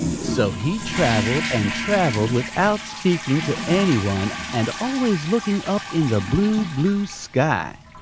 so he traveled and traveled without speaking to any one, and always looking up in the blue, blue sky.